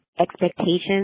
expectations